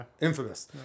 Infamous